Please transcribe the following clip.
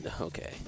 okay